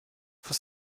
for